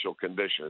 conditions